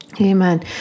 Amen